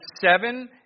seven